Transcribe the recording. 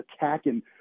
attacking